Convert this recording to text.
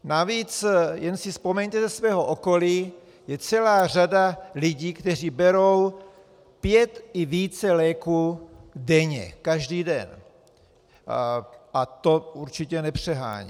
Navíc jen si vzpomeňte ze svého okolí, je celá řada lidí, kteří berou pět i více léků denně, každý den, a to určitě nepřeháním.